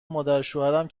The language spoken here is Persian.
مادرشوهرم